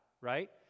Right